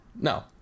no